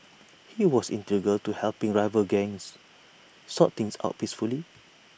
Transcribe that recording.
he was integral to helping rival gangs sort things out peacefully